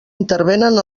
intervenen